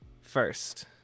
first